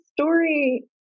story